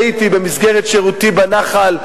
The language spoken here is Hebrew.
אני ראיתי במסגרת שירותי בנח"ל,